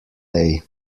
day